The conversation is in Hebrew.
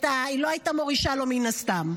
מן הסתם.